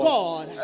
God